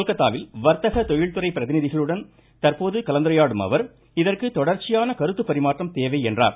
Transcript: கொல்கத்தாவில் வர்த்தக தொழில்துறை பிரதிநிதிகளுடன் தற்போது கலந்துரையாடும் அவர் இதற்கு தொடர்ச்சியான கருத்து பரிமாற்றம் தேவை என்றார்